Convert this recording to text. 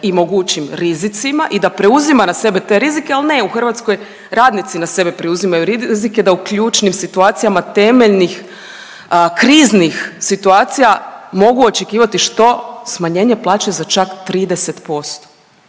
i mogućim rizicima i da preuzima na sebe te rizike. Ali ne, u Hrvatskoj radnici na sebe preuzimaju rizike da u ključnim situacijama temeljnih kriznih situacija mogu očekivati što? Smanjenje plaće za čak 30%.